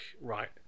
right